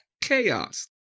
chaos